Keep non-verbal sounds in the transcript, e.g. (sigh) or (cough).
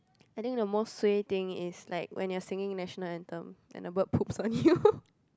I think the most suay thing is like when you're singing national anthem and the bird poops (breath) on you